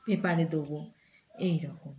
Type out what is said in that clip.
পেপারে দেবো এইরকম